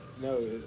No